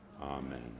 Amen